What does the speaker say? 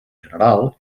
general